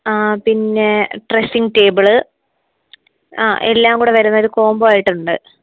ആ പിന്നെ dressing table ആ എല്ലാം കൂടെ വരുന്നൊരു കോബോ ആയിട്ട് ഉണ്ട്